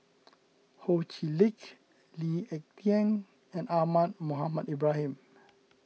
Ho Chee Lick Lee Ek Tieng and Ahmad Mohamed Ibrahim